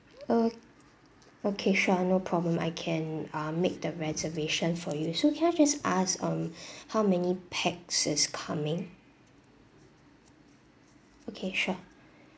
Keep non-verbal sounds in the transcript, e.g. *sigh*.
o~ okay sure no problem I can uh make the reservation for you so can I just ask um *breath* how many pax is coming okay sure